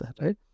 right